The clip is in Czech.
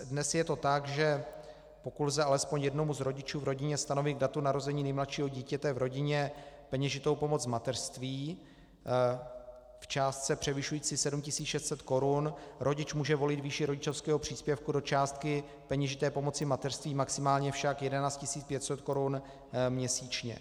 Dnes je to tak, že pokud lze alespoň jednomu z rodičů v rodině stanovit k datu narození nejmladšího dítěte v rodině peněžitou pomoc v mateřství v částce převyšující 7 600 korun, rodič může volit výši rodičovského příspěvku do části peněžité pomoci v mateřství, maximálně však 11 500 korun měsíčně.